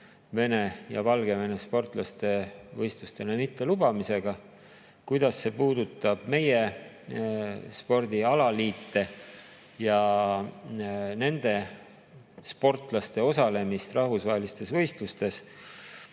Venemaa ja Valgevene sportlaste võistlustele mitte lubamisega. Kuidas see puudutab meie spordialaliite ja nende sportlaste osalemist rahvusvahelistes võitlustes? Meie,